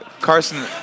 Carson